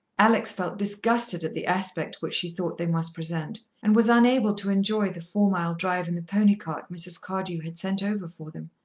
alex felt disgusted at the aspect which she thought they must present, and was unable to enjoy the four-mile drive in the pony-cart mrs. cardew had sent over for them.